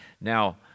Now